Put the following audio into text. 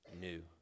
new